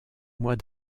mois